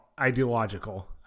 ideological